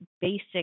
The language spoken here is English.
basic